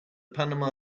panama